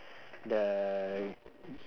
the